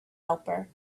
helper